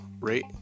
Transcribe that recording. rate